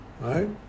right